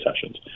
sessions